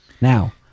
Now